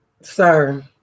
sir